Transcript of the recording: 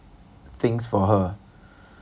things for her